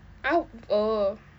i ho~ oh